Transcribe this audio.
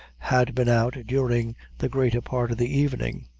had been out during the greater part of the evening.